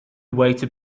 waited